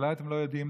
אולי אתם לא יודעים,